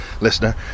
listener